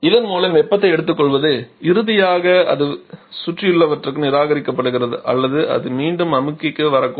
இதன் மூலம் வெப்பத்தை எடுத்துக்கொள்வது இறுதியாக அது சுற்றியுள்ளவற்றுக்கு நிராகரிக்கப்படுகிறது அல்லது அது மீண்டும் அமுக்கிக்கு வரக்கூடும்